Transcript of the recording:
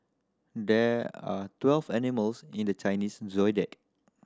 there are twelve animals in the Chinese Zodiac